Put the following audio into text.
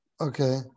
Okay